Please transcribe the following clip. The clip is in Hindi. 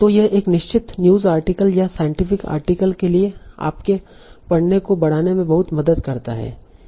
तो यह एक निश्चित न्यूज़ आर्टिकल या साइंटिफिक आर्टिकल के लिए आपके पढ़ने को बढ़ाने में बहुत मदद करता है